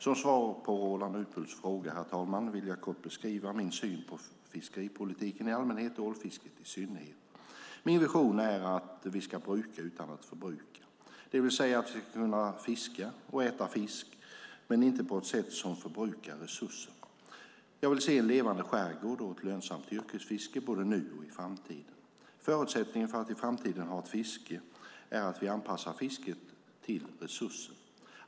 Som svar på Roland Utbults fråga, herr talman, vill jag kort beskriva min syn på fiskeripolitiken i allmänhet och ålfisket i synnerhet. Min vision är att vi ska bruka utan att förbruka, det vill säga att vi ska kunna fiska och äta fisk men inte på ett sätt som förbrukar resursen. Jag vill se en levande skärgård och ett lönsamt yrkesfiske, både nu och i framtiden. Förutsättningen för att i framtiden ha ett fiske är att vi anpassar fisket till resursen.